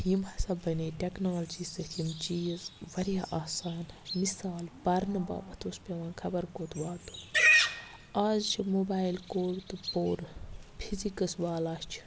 یِم ہَسا بَنے ٹیٚکنالجی سۭتۍ یِم چیٖز واریاہ آسان مِثال پَرنہٕ باپَتھ اوس پیٚوان خَبر کوٚت واتُن آز چھ موبایل کوٚڑ تہٕ پوٚر پھِزِکس والا چھُ